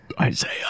Isaiah